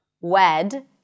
wed